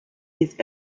his